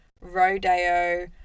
rodeo